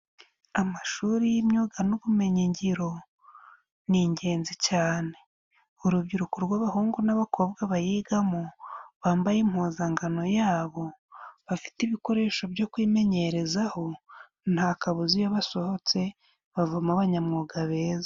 Amashuri y'imyuga n'ubumenyingiro ni ingenzi cyane urubyiruko rw'abahungu n'abakobwa bayigamo bambaye impuzankano yabo bafite ibikoresho byo kwimenyerezaho nta kabuza iyo basohotse bavama abanyamwuga beza.